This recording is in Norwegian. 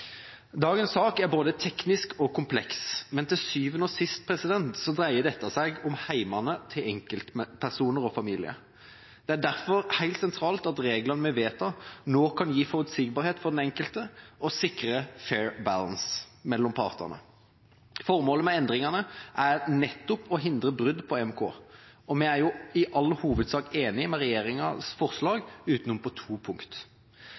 Dagens sak er både teknisk og kompleks, men til syvende og sist dreier dette seg om hjemmet til enkeltpersoner og familier. Det er derfor helt sentralt at reglene vi vedtar, nå kan gi forutsigbarhet for den enkelte og sikre «fair balance» mellom partene. Formålet med endringene er nettopp å hindre brudd på EMK, og vi er i all hovedsak enig med regjeringas forslag utenom på to punkt.